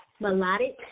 Melodic